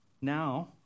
now